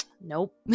nope